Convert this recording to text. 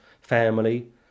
family